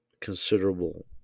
considerable